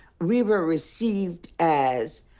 we were received as.